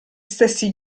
stessi